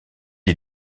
est